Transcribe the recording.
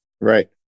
right